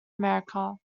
america